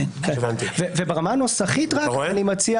ברמה הנוסחית אני מציע